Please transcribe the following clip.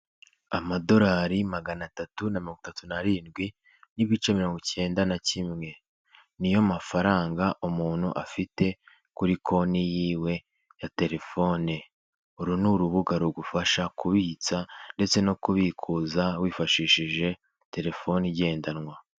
Amadolari magana atatu na matatu n'arindwi n'ibice mirongo icyenda na kimwe. Niyo mafaranga umuntu afite kuri konti yiwe ya telefone. Uru ni urubuga rugufasha kubitsa ndetse no kubikuza wifashishije telefone igendanwa.